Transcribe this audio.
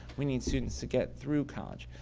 we need students to get through college.